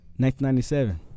1997